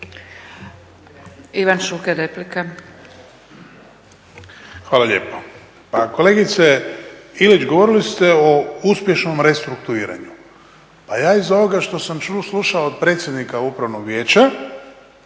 Ivan (HDZ)** Hvala lijepo. Pa kolegice Ilić, govorili ste o uspješnom restrukturiranju. Pa ja iz ovoga što sam slušao od predsjednika upravnog vijeća